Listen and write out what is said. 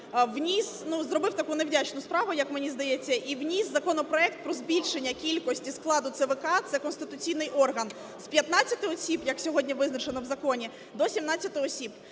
мені здається, і вніс законопроект про збільшення кількості складу ЦВК - це конституційний орган - з 15 осіб, як сьогодні визначено в законі, до 17 осіб.